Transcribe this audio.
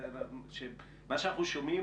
ואתה מסכים איתי שמה שאנחנו שומעים